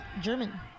German